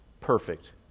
perfect